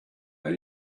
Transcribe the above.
are